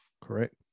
correct